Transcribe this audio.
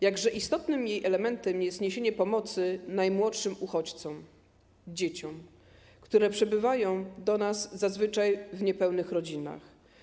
Jakże istotnym jej elementem jest niesienie pomocy najmłodszym uchodźcom - dzieciom, które przybywają do nas zazwyczaj w niepełnych rodzinach.